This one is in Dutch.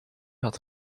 had